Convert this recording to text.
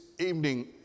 evening